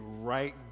right